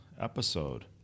episode